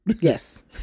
yes